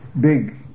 big